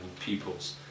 pupils